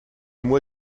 moi